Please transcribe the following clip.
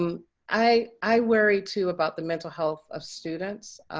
um i i worry, too, about the mental health of students.